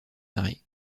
marées